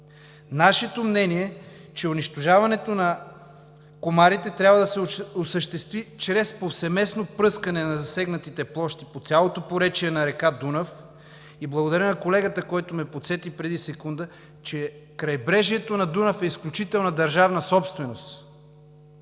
Нашето мнение е, че унищожаването на комарите трябва да се осъществи чрез повсеместно пръскане на засегнатите площи по цялото поречие на река Дунав – и благодаря на колегата, който ме подсети преди секунда, че крайбрежието на Дунав е изключително държавна собственост,